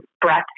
breath